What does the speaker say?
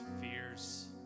fears